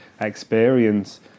experience